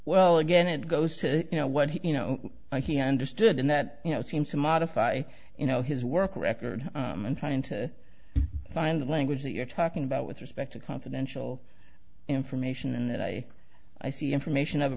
well again it goes to you know what he you know i can understand that you know it seems to modify you know his work record and trying to find the language that you're talking about with respect to confidential information and i i see information of a